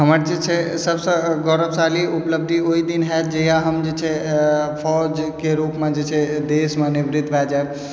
हमर जे छै सभसँ गौरवशाली उपलब्धि ओहि दिन होयत जहिआ हम जे छै फौजके रूपमे जे छै देशमे निवृत भए जाएब